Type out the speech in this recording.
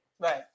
Right